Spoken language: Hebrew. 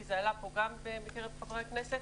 כי זה עלה פה גם בקרב חברי הכנסת.